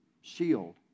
shield